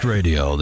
Radio